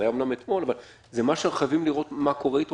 זה היה אמנם אתמול אבל זה דבר שאנחנו חייבים לראות מה קורה איתו,